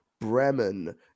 Bremen